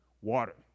Water